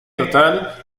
total